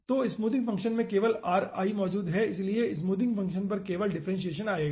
तो smoothing function में केवल ri मौजूद है इसलिए स्मूथिंग फंक्शन पर केवल डिफ्रेंसियेसन आएगा